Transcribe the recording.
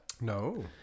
No